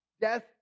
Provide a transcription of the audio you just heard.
Death